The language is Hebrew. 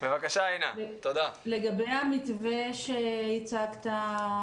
לגבי המתווה שהצגת,